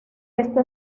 esto